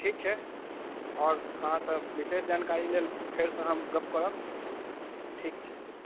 ठीक छै आओर अहाँ सब विशेष जानकारी लेल फेरसँ हम गप करब ठीक छै